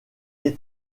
est